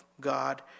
God